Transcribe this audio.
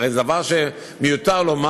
הרי זה דבר שמיותר לומר.